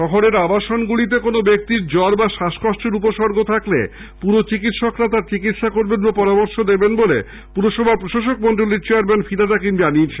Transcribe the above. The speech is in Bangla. শহরের আবাসনগুলিতে কোনো ব্যক্তির জুর বা শ্বাসকষ্টের উপসর্গ থাকলে পুরচিকিৎসকরা তার চিকিৎসা করবেন বা পরামর্শ দেবেন বলে পুরসভার চেয়ারম্যান ফিরহাদ হাকিম জানিয়েছেন